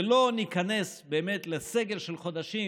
ולא ניכנס באמת לסגר של חודשים,